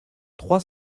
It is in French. trois